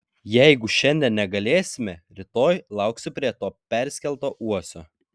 jeigu šiandien negalėsime rytoj lauksiu prie to perskelto uosio